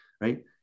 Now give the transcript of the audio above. right